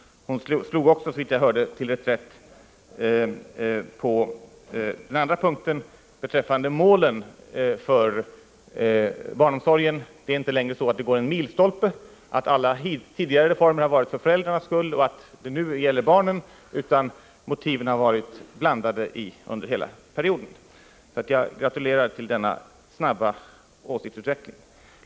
Hon slog också till reträtt beträffande målen för barnomsorgen. Det går inte längre en skiljelinje på det sättet att alla tidigare reformer har genomförts för föräldrarnas skull och att det nu gäller barnen, utan motiven har hela tiden varit blandade. Jag gratulerar till denna snabba åsiktsförändring.